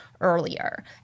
earlier